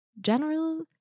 General